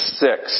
six